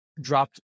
dropped